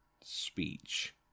speech